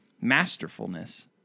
masterfulness